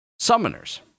Summoners